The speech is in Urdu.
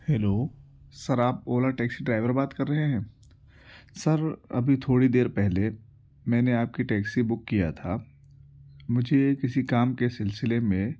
ہیلو سر آپ اولا ٹیکسی ڈرائیور بات کر رہے ہیں سر ابھی تھوڑی دیر پہلے میں نے آپ کی ٹیکسی بک کیا تھا مجھے کسی کام کے سلسلے میں